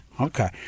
Okay